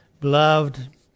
beloved